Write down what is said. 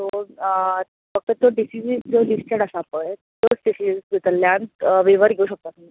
so तें deficit जें listed आसा पळय